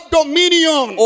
dominion